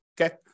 okay